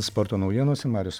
sporto naujienose marius